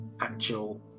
actual